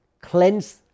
cleanse